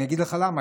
אני אגיד לך למה,